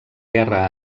guerra